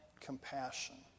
compassion